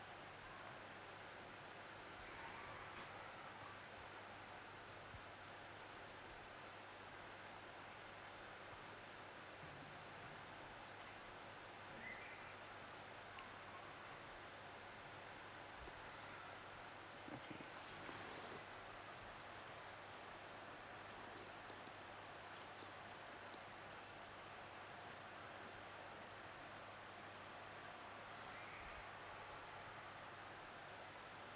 okay